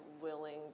willing